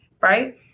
Right